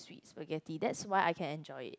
sweet spaghetti that's why I can enjoy it